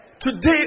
Today